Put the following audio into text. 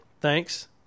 Thanks